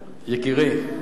יקירי,